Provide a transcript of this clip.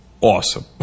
Awesome